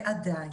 ועדיין,